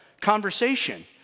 conversation